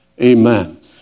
Amen